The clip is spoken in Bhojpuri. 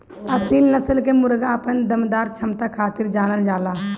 असील नस्ल के मुर्गा अपना दमदार क्षमता खातिर जानल जाला